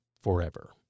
forever